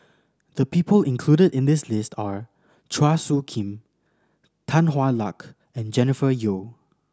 the people included in the list are Chua Soo Khim Tan Hwa Luck and Jennifer Yeo